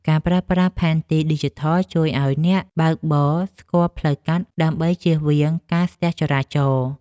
ការប្រើប្រាស់ផែនទីឌីជីថល ជួយឱ្យអ្នកបើកបរស្គាល់ផ្លូវកាត់ដើម្បីជៀសវាងការស្ទះចរាចរណ៍។